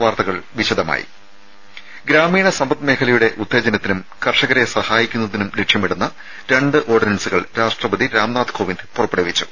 വാർത്തകൾ വിശദമായി ഗ്രാമീണ സമ്പദ് മേഖലയുടെ ഉത്തേജനത്തിനും കർഷകരെ സഹായിക്കുന്നതിനും ലക്ഷ്യമിടുന്ന രണ്ട് ഓർഡിനൻസുകൾ കോവിന്ദ് പുറപ്പെടുവിച്ചു